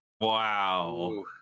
Wow